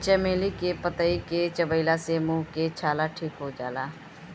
चमेली के पतइ के चबइला से मुंह के छाला ठीक हो जाला